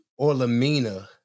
Orlamina